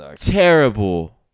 terrible